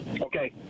Okay